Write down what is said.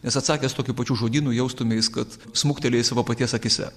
nes atsakęs tokiu pačiu žodynu jaustumeis kad smukteli savo paties akyse